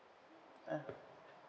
uh